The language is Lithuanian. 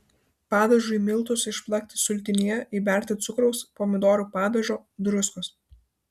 padažui miltus išplakti sultinyje įberti cukraus pomidorų padažo druskos